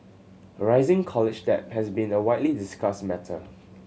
rising college debt has been a widely discussed matter